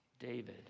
David